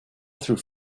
through